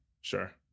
Sure